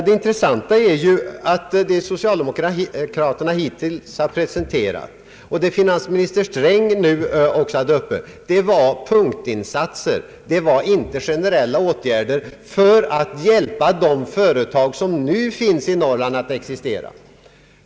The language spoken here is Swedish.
Det intressanta är ju att socialdemokraterna hittills har presenterat endast punktinsatser, vilket också finansministern nu berörde. Däremot har det inte vidtagits generella åtgärder för att hjälpa de företag som nu finns i Norrland att existera.